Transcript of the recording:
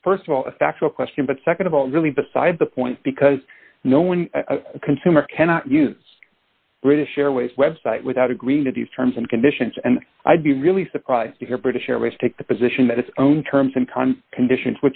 is st of all a factual question but nd of all really beside the point because no one consumer cannot use british airways website without agreeing to these terms and conditions and i'd be really surprised to hear british airways take the position that its own terms and one condition